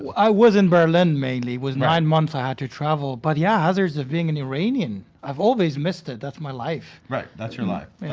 i was in berlin, mainly. it was nine months i had to travel, but yeah, hazards of being an iranian. i've always missed it. that's my life. right, that's your life.